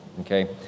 okay